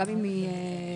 גם אם היא מנוגדת,